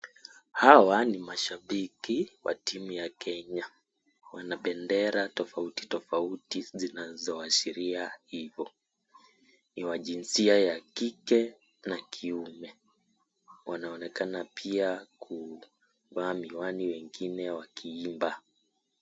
Hawa ni mashabiki wa timu ya kenya. Wana bendera tofauti tofauti, zinazoashiria hivo. Ni wa jinsia ya kike na kiume. Wanaonekana pia kuvaa miwani, wengine wakiimba.